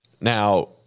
Now